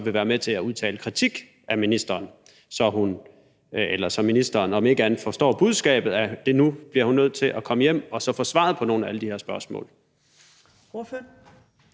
vil være med til at udtale kritik af ministeren, så ministeren om ikke andet forstår budskabet: at nu bliver hun nødt til at komme hjem og så få svaret på nogle af alle de her spørgsmål.